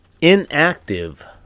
Inactive